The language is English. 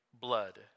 blood